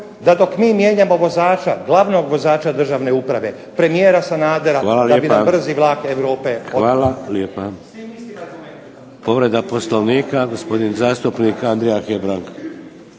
da dok mi mijenjamo vozača, glavnog vozača Državne uprave premijera Sanadera da bi nam brzi vlak Europe otputovao." **Šeks, Vladimir (HDZ)** Hvala lijepa. Povreda Poslovnika, gospodin zastupnik Andrija Hebrang.